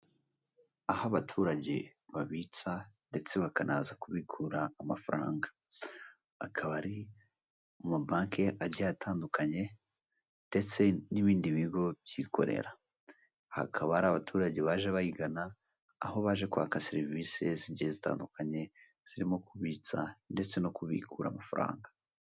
Aho abaturage babitsa ndetse bakanaza kubikura amafaranga, akaba ari mu mabanki agiye atandukanye ndetse n'ibindi bigo byikorera, hakaba hari abaturage baje bayigana aho baje kwaka serivise zigiye zitandukanye zirimo kubitsa ndetse no kubikura amafaranga.